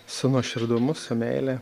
su nuoširdumu su meile